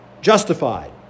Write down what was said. Justified